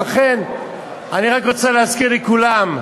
לכן, אני רק רוצה להזכיר לכולם,